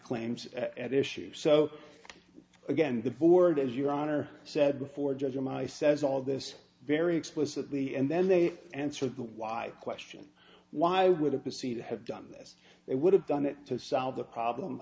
claims at issue so again the board as your honor said before judge him i says all this very explicitly and then they answer the why question why would a proceed to have done this they would have done it to solve the problem